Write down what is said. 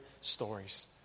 stories